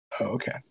okay